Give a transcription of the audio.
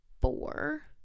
four